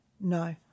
no